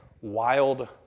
wild